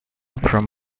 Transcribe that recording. from